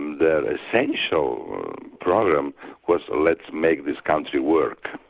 their essential program was let's make this country work,